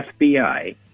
FBI